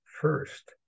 first